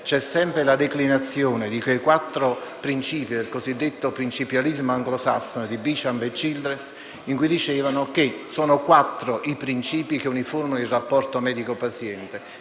è sempre la declinazione dei quattro principi del cosiddetto principialismo anglosassone di Beauchamp e Childress. Per costoro sono quattro i principi che uniformano il rapporto medico-paziente: